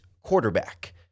quarterback